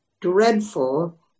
dreadful